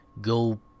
go